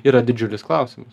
yra didžiulis klausimas